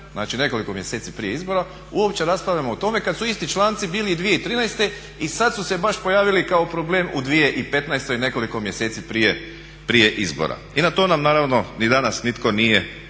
znači nekoliko mjeseci prije izbora uopće raspravljamo o tome kad su isti članci bili i 2013. i sad su se baš pojavili kao problem u 2015. nekoliko mjeseci prije izbora. I na to nam naravno ni danas nitko nije